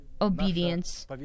obedience